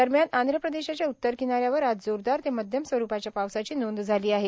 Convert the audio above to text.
दरम्यान आंध्र प्रदेशाच्या उत्तर किनाऱ्यावर आज जोरदार ते मध्यम स्वरूपाच्या पावसाची नोंद झाली आहे